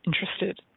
interested